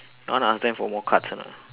you want to ask them for more cards or not